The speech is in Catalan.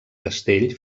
castell